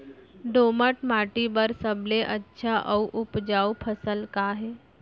दोमट माटी बर सबले अच्छा अऊ उपजाऊ फसल का हे?